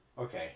okay